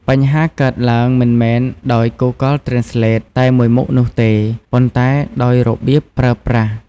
បញ្ហាកើតឡើងមិនមែនដោយ Google Translate តែមួយមុខនោះទេ ប៉ុន្តែដោយរបៀបប្រើប្រាស់។